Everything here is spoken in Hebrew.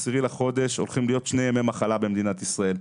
ב-10 בחודש הולכים להיות שני ימי מחלה במדינת ישראל,